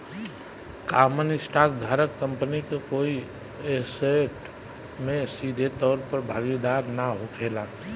common stock धारक company के कोई ऐसेट में सीधे तौर पर भागीदार ना होखेला